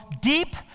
deep